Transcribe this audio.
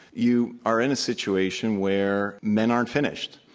you are in a situation where men aren't finished,